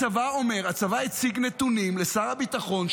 הצבא הציג נתונים לשר הביטחון,